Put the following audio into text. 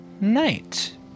Night